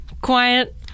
quiet